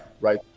Right